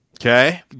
Okay